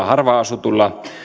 harvaan asutuilla